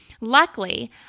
Luckily